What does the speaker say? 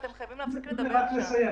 רציתי במילה לדבר